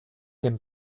dem